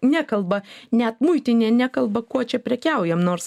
nekalba net muitinė nekalba kuo čia prekiaujam nors